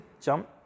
jump